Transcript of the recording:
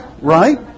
Right